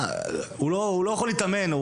הוא לא יכול להתאמן,